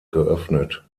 geöffnet